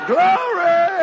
Glory